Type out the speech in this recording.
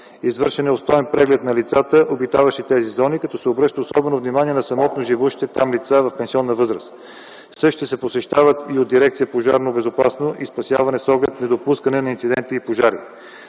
Извършен е обстоен преглед на лицата, обитаващи тези зони, като се обръща особено внимание на самотно живеещите там лица в пенсионна възраст. Същите се посещават и от Дирекция „Пожарна безопасност и спасяване” с оглед недопускане на инциденти и пожари.